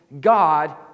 God